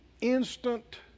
instant